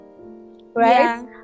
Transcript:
right